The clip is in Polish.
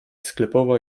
sklepowa